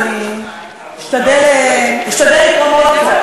אז אני אשתדל לתרום עוד קצת.